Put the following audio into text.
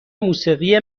موسیقی